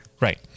right